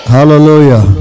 Hallelujah